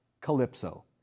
Calypso